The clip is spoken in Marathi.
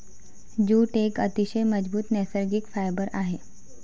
जूट एक अतिशय मजबूत नैसर्गिक फायबर आहे